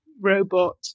robot